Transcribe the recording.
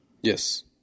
Yes